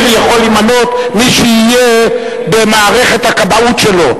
יכול למנות מי שיהיה במערכת הכבאות שלו?